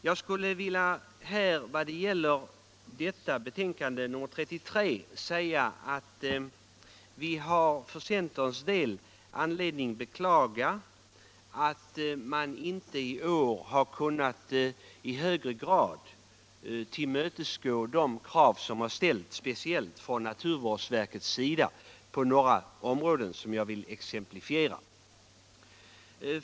Vad gäller jordbruksutskottets betänkande nr 33 har vi för centerns del anledning beklaga att man inte i år i högre grad kunnat tillmötesgå de krav som ställts, speciellt från naturvårdsverkets sida, på några områden som jag vill exemplifiera.